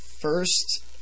first